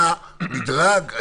היה מדרג?